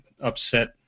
upset